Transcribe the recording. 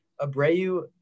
Abreu